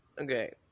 Okay